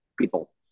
people